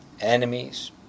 enemies